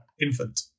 infant